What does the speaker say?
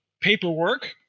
paperwork